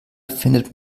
findet